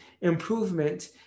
improvement